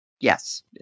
Yes